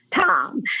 Tom